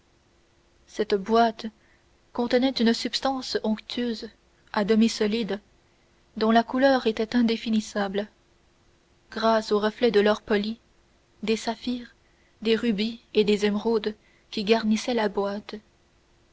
cette boîte contenait une substance onctueuse à demi solide dont la couleur était indéfinissable grâce au reflet de l'or poli des saphirs des rubis et des émeraudes qui garnissaient la boîte